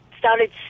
started